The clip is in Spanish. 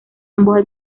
ambos